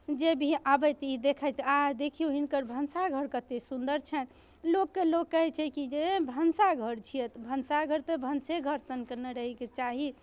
जे भी आबथि ई देखथि आहा देखियौ हिनकर भनसाघर कतेक सुन्दर छनि लोककेँ लोक कहै छै कि जे भनसाघर छियै भनसाघर तऽ भनसेघर सनके ने रहयके चाही